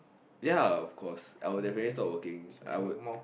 ya of course I would definitely stop working I would